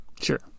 sure